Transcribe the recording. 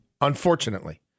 unfortunately